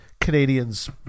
Canadians